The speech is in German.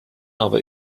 aber